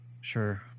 sure